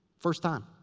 first time.